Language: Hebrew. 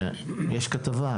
שיש כבה,